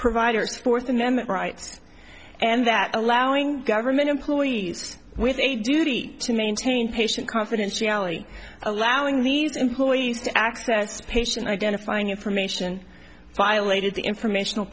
provider's fourth amendment rights and that allowing government employees with a duty to maintain patient confidentiality allowing these employees to access patient identifying information violated the informational